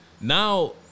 Now